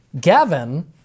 Gavin